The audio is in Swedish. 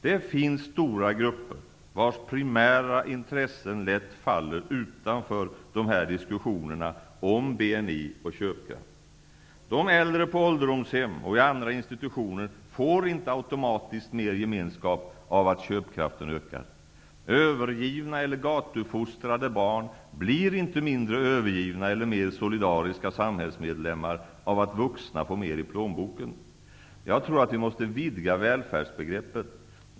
Det finns stora grupper vars primära intressen lätt faller utanför diskussionerna om BNI och köpkraft. De äldre på ålderdomshem och i andra institutioner får inte automatiskt mer gemenskap av att köpkraften ökar. Övergivna eller gatufostrade barn blir inte mindre övergivna eller mer solidariska samhällsmedlemmar av att vuxna får mer i plånboken. Jag tror att vi måste vidga välfärdsbegreppet.